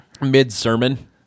Mid-sermon